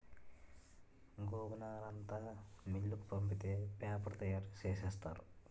గోగునారంతా మిల్లుకు పంపితే పేపరు తయారు సేసేత్తారు